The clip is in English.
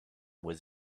was